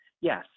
Yes